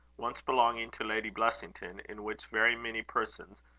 once belonging to lady blessington, in which very many persons,